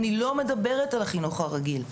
אני לא מדברת על החינוך הרגיל,